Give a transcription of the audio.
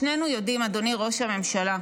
שנינו יודעים, אדוני ראש הממשלה,